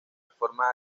reforma